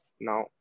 now